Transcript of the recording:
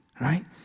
Right